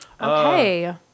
Okay